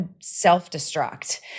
self-destruct